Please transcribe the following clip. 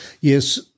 yes